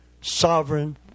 sovereign